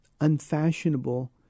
unfashionable